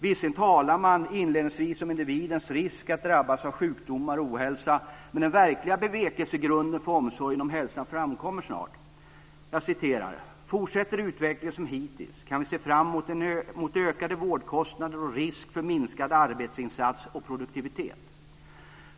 Visserligen talar man inledningsvis om individens risk att drabbas av sjukdomar och ohälsa, men den verkliga bevekelsegrunden för omsorgen om hälsan framgår snart: "Fortsätter utvecklingen som hittills kan vi se fram mot ökade vårdkostnader och risk för minskad arbetsinsats och produktivitet."